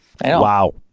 Wow